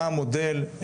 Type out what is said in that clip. מה המודל,